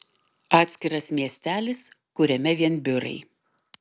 atskiras miestelis kuriame vien biurai